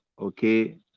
okay